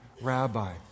rabbi